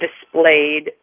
displayed